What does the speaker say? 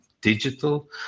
digital